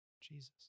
Jesus